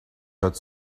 hört